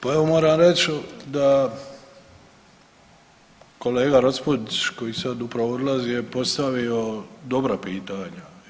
Pa evo moram reći da kolega Raspudić koji sad upravo odlazi je postavio dobra pitanja.